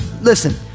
Listen